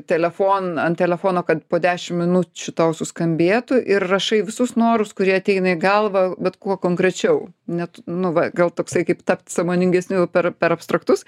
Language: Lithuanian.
telefon ant telefono kad po dešim minučių tau suskambėtų ir rašai visus norus kurie ateina į galvą bet kuo konkrečiau net nu va gal toksai kaip tapti sąmoningesniu per per abstraktus